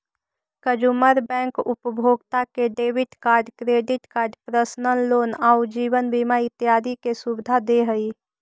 consumer bank उपभोक्ता के debit card, credit card, personal loan आउ जीवन बीमा इत्यादि के सुविधा दे हइ